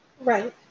Right